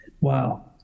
wow